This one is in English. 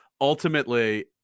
ultimately